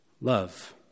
love